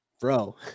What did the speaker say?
Bro